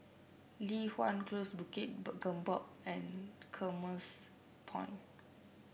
Li Hwan Close Bukit Gombak and Commerce Point